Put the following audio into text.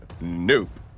Nope